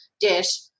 dish